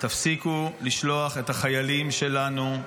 תפסיקו לשלוח את החיילים שלנו,